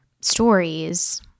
stories